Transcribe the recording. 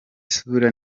sura